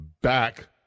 back